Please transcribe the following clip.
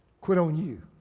quit on you.